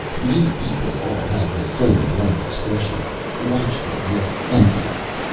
the eight people all had the same blank expression watchful yet empty-eyed.